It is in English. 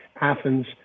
Athens